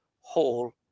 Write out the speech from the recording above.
whole